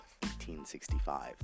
1865